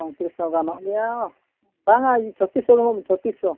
ᱯᱚᱸᱭᱛᱤᱨᱤᱥ ᱦᱚᱸ ᱜᱟᱱᱚᱜ ᱜᱮᱭᱟ ᱵᱟᱝᱟ ᱪᱷᱚᱛᱛᱨᱤᱥ ᱥᱚ ᱮᱢᱚᱜ ᱢᱮ ᱪᱷᱚᱛᱛᱨᱤᱥ ᱥᱚ